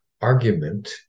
Argument